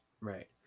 right